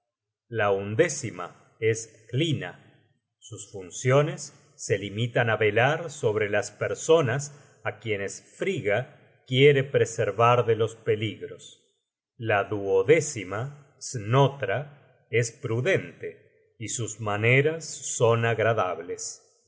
la undécima es hlina sus funciones se limitan á velar sobre las personas á quienes frigga quiere preservar de los peligros la duodécima snotra es prudente y sus maneras son agradables